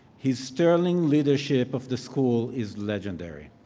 his sterling leadership of the school is legendary.